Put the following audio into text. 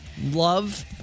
love